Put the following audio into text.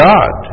God